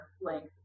length